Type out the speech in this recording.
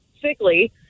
sickly